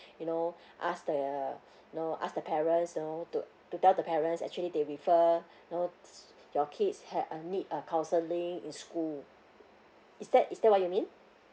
you know ask the you know ask the parents you know to to tell the parents actually they refer you know your kids have uh need a counselling in school is that is that what you mean